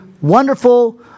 wonderful